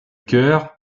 chœur